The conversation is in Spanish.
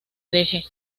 deje